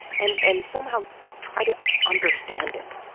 and and somehow try to understand it.